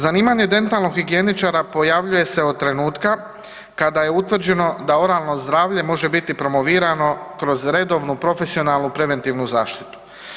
Zanimanje dentalnog higijeničara pojavljuje se od trenutka kada je utvrđeno da oralno zdravlje može biti promovirano kroz redovnu profesionalnu preventivnu zaštitu.